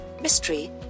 mystery